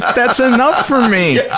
that's enough for me.